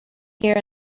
here